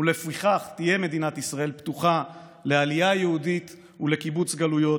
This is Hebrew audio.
ולפיכך "מדינת ישראל תהא פתוחה לעלייה יהודית ולקיבוץ גלויות,